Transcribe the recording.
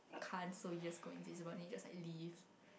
can't so you just go invisible and you just like leave